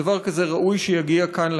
שדבר כזה ראוי שיגיע לכאן,